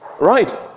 Right